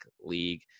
League